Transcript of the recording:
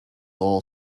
all